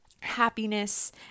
happiness